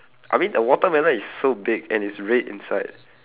I mean the watermelon is so big and it's red inside